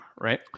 Right